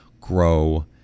grow